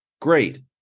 Great